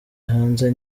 hanze